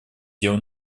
дел